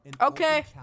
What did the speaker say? Okay